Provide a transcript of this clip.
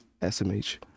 smh